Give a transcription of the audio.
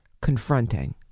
confronting